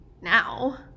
now